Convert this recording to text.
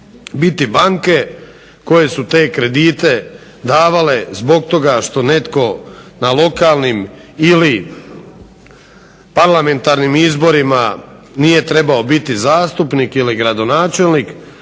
biti banke koje su te kredite davale zbog toga što netko na lokalnim ili parlamentarnim izborima nije trebao biti zastupnik ili gradonačelnik